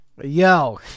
Yo